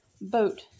Boat